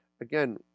again